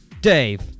Dave